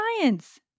science